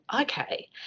okay